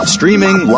Streaming